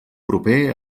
proper